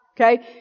okay